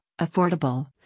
affordable